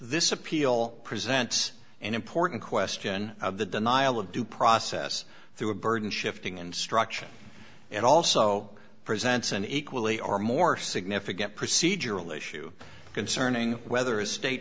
this appeal presents an important question of the denial of due process through a burden shifting instruction it also presents an equally or more significant procedural issue concerning whether a state